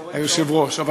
היושב-ראש.